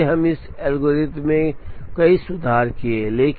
इसलिए इस एल्गोरिथ्म में कई सुधार किए गए थे